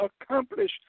accomplish